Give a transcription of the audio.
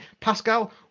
pascal